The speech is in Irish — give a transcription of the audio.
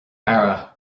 aire